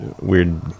weird